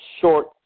short